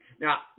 now